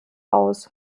aus